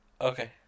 Okay